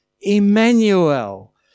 Emmanuel